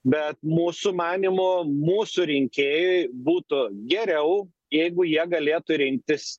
bet mūsų manymu mūsų rinkėjui būtų geriau jeigu jie galėtų rinktis